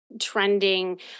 trending